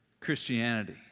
Christianity